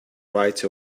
right